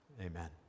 amen